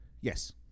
Yes